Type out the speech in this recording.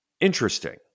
Interesting